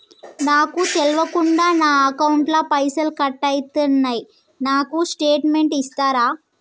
నాకు తెల్వకుండా నా అకౌంట్ ల పైసల్ కట్ అయినై నాకు స్టేటుమెంట్ ఇస్తరా?